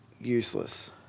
useless